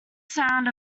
sound